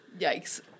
Yikes